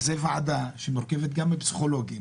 וזו ועדה שמורכבת גם מפסיכולוגים